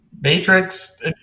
Matrix